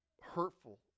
hurtful